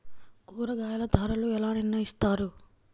కూరగాయల ధరలు ఎలా నిర్ణయిస్తారు?